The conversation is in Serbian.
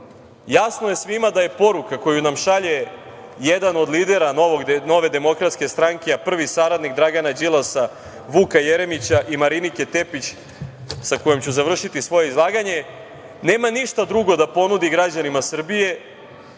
jasno je svima da je poruka koju nam šalje jedan od lidera nove DS, a prvi saradnik Dragana Đilasa, Vuka Jeremića i Marinike Tepić, sa kojom ću završiti svoje izlaganje, nema ništa drugo da ponudi građanima Srbije,